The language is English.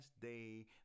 day